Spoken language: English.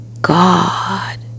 God